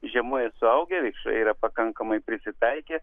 žiemoja suaugę vikšrai yra pakankamai prisitaikę